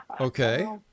Okay